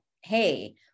hey